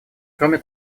кроме